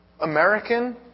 American